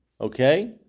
Okay